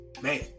Man